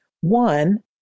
One